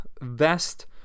vest